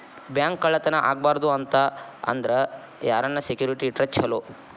Bank ಕಳ್ಳತನಾ ಆಗ್ಬಾರ್ದು ಅಂತ ಅಂದ್ರ ಯಾರನ್ನ ಸೆಕ್ಯುರಿಟಿ ಇಟ್ರ ಚೊಲೊ?